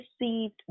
received